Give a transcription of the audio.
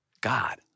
God